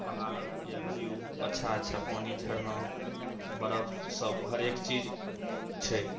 वहाँ पहाड़के व्यू अच्छा अच्छा पानि झरना बरफ सभ हरेक चीज छै